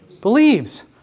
Believes